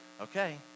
Okay